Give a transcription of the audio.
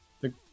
The-